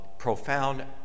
Profound